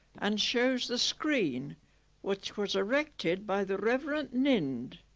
and shows the screen which was erected by the reverend nind.